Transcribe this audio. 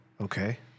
Okay